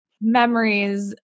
memories